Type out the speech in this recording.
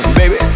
baby